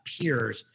peers